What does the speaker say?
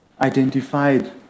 identified